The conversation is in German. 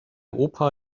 opa